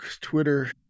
Twitter